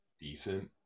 decent